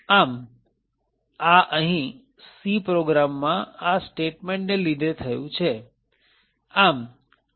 આમ આ અહીં C પ્રોગ્રામ માં આ સ્ટેટમેન્ટ ને લીધે થયું છે